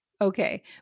Okay